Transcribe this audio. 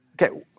Okay